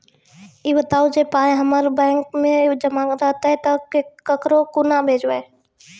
ई बताऊ जे पाय हमर बैंक मे जमा रहतै तऽ ककरो कूना भेजबै?